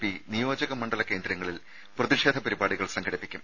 P നിയോജക മണ്ഡല കേന്ദ്രങ്ങളിൽ പ്രതിഷേധ പരിപാടികൾ സംഘടിപ്പിക്കും